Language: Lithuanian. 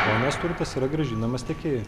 o anas turtas yra grąžinamas tiekėjui